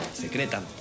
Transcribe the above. Secreta